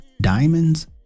diamonds